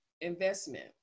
investment